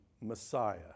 Messiah